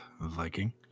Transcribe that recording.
Viking